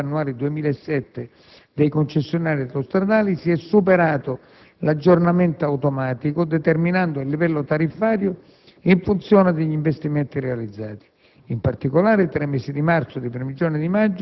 Altresì, in occasione della definizione delle tariffe annuali 2007 dei concessionari autostradali, si è superato l'aggiornamento automatico, determinando il livello tariffario in funzione degli investimenti realizzati.